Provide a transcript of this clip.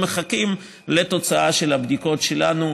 הם מחכים לתוצאה של הבדיקות שלנו,